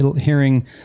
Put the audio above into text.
hearing